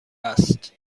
است